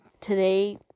today